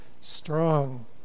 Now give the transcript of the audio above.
strong